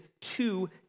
two